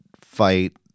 fight